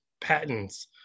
patents